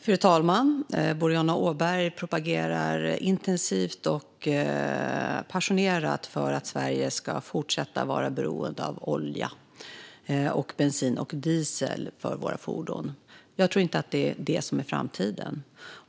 Fru talman! Boriana Åberg propagerar intensivt och passionerat för att Sverige ska fortsätta vara beroende av olja, bensin och diesel för att driva våra fordon. Jag tror inte att det är det som är framtiden.